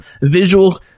visual